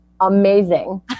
amazing